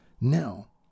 now